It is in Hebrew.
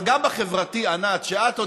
אבל גם בחברתי, ענת, אתה לא